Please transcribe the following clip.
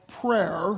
prayer